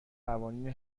قوانین